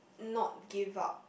not give up